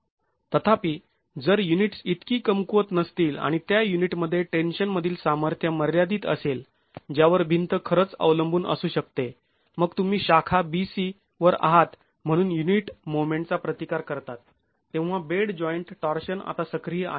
तथापि जर युनिट्स इतकी कमकुवत नसतील आणि त्या युनिटमध्ये टेन्शन मधील सामर्थ्य मर्यादित असेल ज्यावर भिंत खरंच अवलंबून असू शकते मग तुम्ही शाखा bc वर आहात म्हणून युनिट मोमेंटचा प्रतिकार करतात बेड जॉईंट टॉर्शन आता सक्रिय आहे